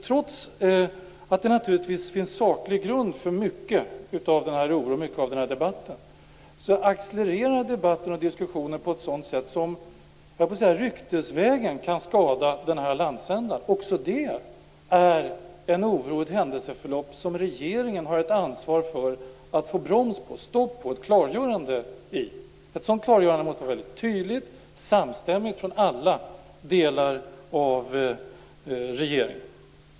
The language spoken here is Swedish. Trots att det naturligtvis finns saklig grund för mycket av denna oro och för mycket av debatten accelererar diskussionen och ryktena på ett sätt som kan skada denna landsända. Det är ett händelseförlopp som regeringen har ansvar för att få stopp på. Man har också ansvar för att det kommer ett klargörande. Ett sådant klargörande måste vara väldigt tydligt, och det måste vara samstämmigt från alla delar av regeringen.